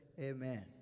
Amen